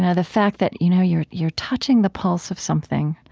and the fact that you know you're you're touching the pulse of something,